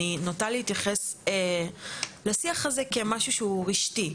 אני נוטה להתייחס לשיח הזה כמשהו שמדמה רשת,